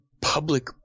public